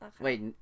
Wait